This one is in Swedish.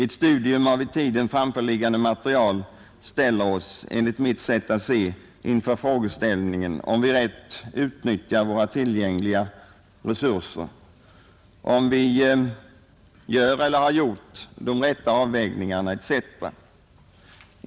Ett studium av i tiden framförliggande material ställer oss enligt mitt sätt att se inför frågeställningen om vi rätt utnyttjar våra tillgängliga resurser, om vi gör eller har gjort de rätta avvägningarna etc.